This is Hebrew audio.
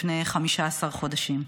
לפני 15 חודשים.